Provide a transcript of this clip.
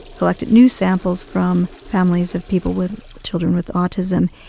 collected new samples from families of people with children with autism,